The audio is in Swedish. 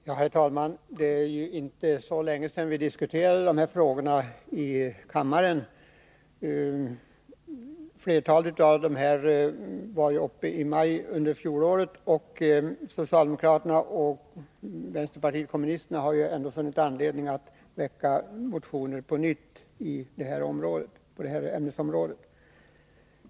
Herr talman! Det är inte så länge sedan vi diskuterade dessa frågor här i kammaren. Flertalet av frågorna behandlades i maj förra året. Men socialdemokraterna och vänsterpartiet kommunisterna har ändå funnit anledning att på nytt väcka motioner på det här ämnesområdet.